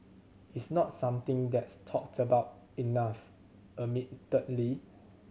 it's not something that's talked about enough admittedly